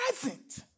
present